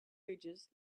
ridges